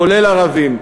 כולל ערבים,